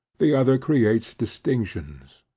the other creates distinctions.